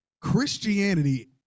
Christianity